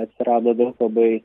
atsirado daug labai